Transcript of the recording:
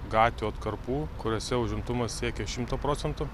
gatvių atkarpų kuriose užimtumas siekė šimtą procentų